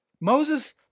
Moses